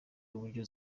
uburyo